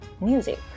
Music